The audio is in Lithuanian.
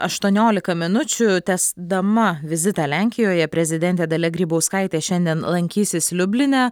aštuoniolika minučių tęsdama vizitą lenkijoje prezidentė dalia grybauskaitė šiandien lankysis liubline